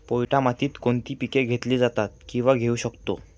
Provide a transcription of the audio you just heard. पोयटा मातीत कोणती पिके घेतली जातात, किंवा घेऊ शकतो?